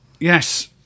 Yes